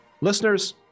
Listeners